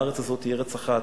הארץ הזאת היא ארץ אחת.